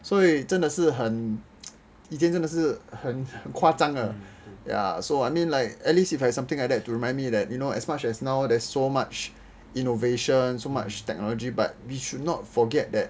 所以真的是很以前真的是很夸张 lah ya so I mean like at least if I have something like that to remind me that you know as much as nowadays there's so much innovation so much technology but we should not forget that